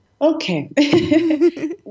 Okay